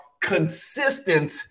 consistent